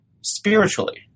spiritually